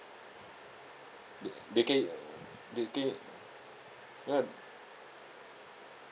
the~ they can uh they can kan